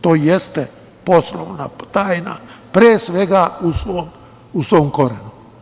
To jeste poslovna tajna pre svega, u svom korenu.